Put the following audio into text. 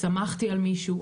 סמכתי על מישהו,